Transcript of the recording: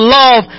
love